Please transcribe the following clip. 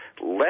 let